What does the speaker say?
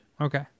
Okay